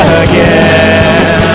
again